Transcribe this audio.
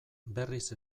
berriz